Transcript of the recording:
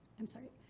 i'm sorry.